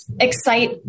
excite